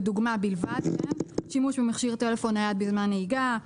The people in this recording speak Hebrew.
לדוגמה בלבד: שימוש במכשיר טלפון נייד בזמן נהיגה,